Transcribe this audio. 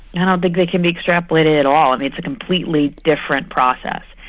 i don't think they can be extrapolated at all. i mean, it's a completely different process.